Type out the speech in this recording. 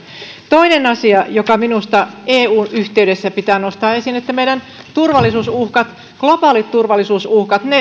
toinen asia joka minusta eun yhteydessä pitää nostaa esiin meidän turvallisuusuhkamme globaalit turvallisuusuhkamme